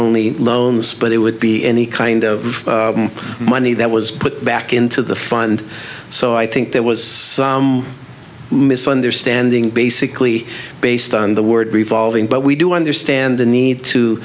only loans but it would be any kind of money that was put back into the fund so i think there was some misunderstanding basically based on the word revolving but we do understand the need to